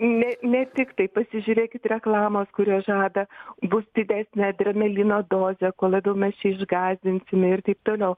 ne ne tiktai pasižiūrėkit reklamos kurios žada bus didesnė adrenalino dozė kuo labiau mes čia išgąsdinsime ir taip toliau